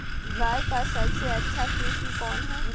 गाय का सबसे अच्छा किस्म कौन हैं?